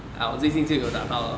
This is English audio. ah 我最近就有打到 lor